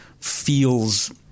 feels